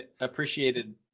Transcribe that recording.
appreciated